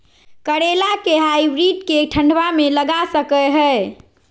करेला के हाइब्रिड के ठंडवा मे लगा सकय हैय?